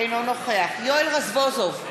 אינו נוכח יואל רזבוזוב,